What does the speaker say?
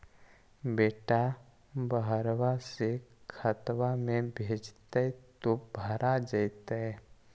बेटा बहरबा से खतबा में भेजते तो भरा जैतय?